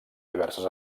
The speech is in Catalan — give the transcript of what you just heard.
diverses